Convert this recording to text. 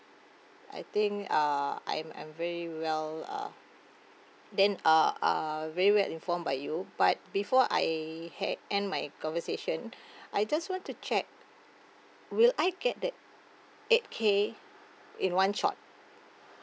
I think uh I'm I'm very well uh then uh uh very well informed by you but before I had end my conversation I just want to check will I get that eight K in one shot